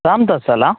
ರಾಮ್ದಾಸ್ ಅಲ್ಲಾ